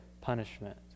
punishment